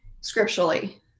scripturally